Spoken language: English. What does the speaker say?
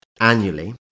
annually